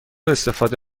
استفاده